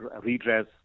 redress